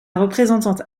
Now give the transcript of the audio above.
représentante